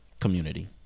community